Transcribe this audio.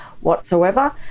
whatsoever